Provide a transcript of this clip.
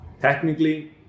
technically